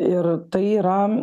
ir tai yra